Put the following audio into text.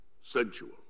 sensual